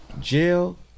jail